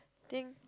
think